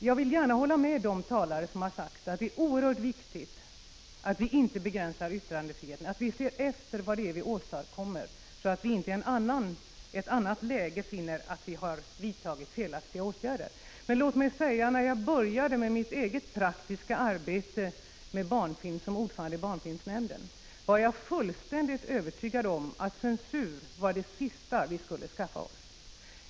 Jag vill gärna hålla med de talare som har sagt att det är oerhört viktigt att vi inte begränsar yttrandefriheten, att vi ser efter vad det är vi åstadkommer så att vi i ett annat läge inte finner att vi har vidtagit felaktiga åtgärder. Jag vill emellertid säga att när jag började med mitt eget praktiska arbete med barnfilm som ordförande i barnfilmsnämnden var jag fullständigt övertygad om att censur var det sista vi skulle ha. Det borde vi undvika.